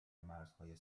مرزهای